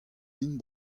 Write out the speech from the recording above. int